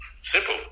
Simple